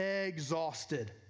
exhausted